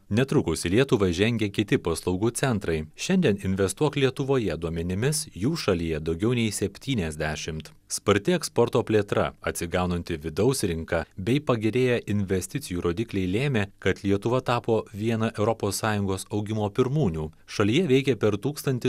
netrukus į lietuvą žengė kiti paslaugų centrai šiandien investuok lietuvoje duomenimis jų šalyje daugiau nei septyniasdešimt sparti eksporto plėtra atsigaunanti vidaus rinka bei pagerėję investicijų rodikliai lėmė kad lietuva tapo viena europos sąjungos augimo pirmūnių šalyje veikė per tūkstantį